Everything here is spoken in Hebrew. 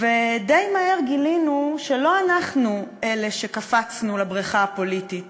די מהר גילינו שלא אנחנו אלה שקפצנו לבריכה הפוליטית